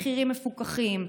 מחירים מפוקחים,